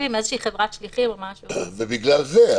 בגלל זה.